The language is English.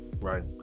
Right